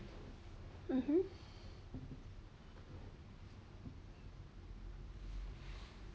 mmhmm